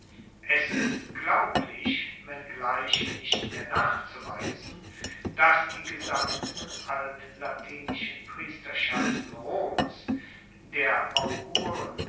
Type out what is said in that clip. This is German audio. es ist glaublich wenngleich nicht mehr nachzuweisen dass die gesamten altlatinischen priesterschaften roms der augurn